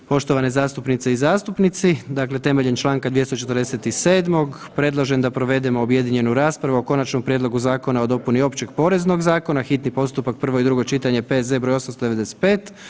Poštovane zastupnice i zastupnici, dakle temeljem čl. 247. predlažem da provedemo objedinjenu raspravu o: Konačnom prijedlogu zakona o dopuni Općeg poreznog zakona, hitni postupak, prvo i drugo čitanje, P.Z. br. 895.